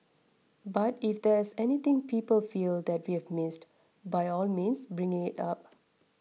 but if there's anything people feel that we've missed by all means bring it up